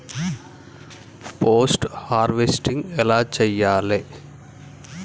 Post harvesting ఎలా చెయ్యాలే?